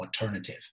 alternative